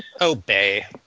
Obey